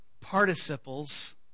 participles